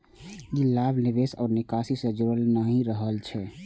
ई लाभ निवेश आ निकासी सं जुड़ल नहि रहै छै